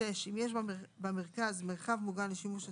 (6) אם יש במרכז מרחב מוגן לשימוש הציבור,